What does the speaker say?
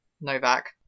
novak